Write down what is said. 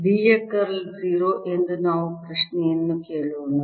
D ಯ curl 0 ಎಂದು ನಾವು ಪ್ರಶ್ನೆಯನ್ನು ಕೇಳೋಣ